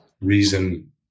reason